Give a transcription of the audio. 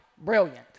brilliant